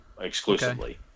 exclusively